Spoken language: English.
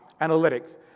analytics